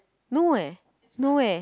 no eh no eh